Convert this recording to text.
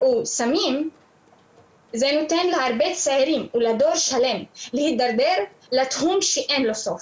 או סמים זה נותן להרבה צעירים או לדור שלם להידרדר לתהום שאין לו סוף,